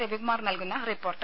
രവികുമാർ നൽകുന്ന റിപ്പോർട്ട്